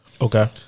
Okay